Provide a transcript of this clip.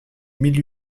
mille